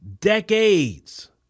decades